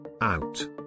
out